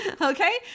Okay